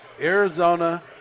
Arizona